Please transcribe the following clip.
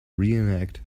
reenact